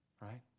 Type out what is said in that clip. right